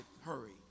hurry